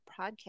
podcast